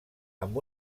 amb